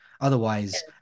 Otherwise